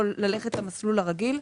יכול ללכת למסלול הרגיל,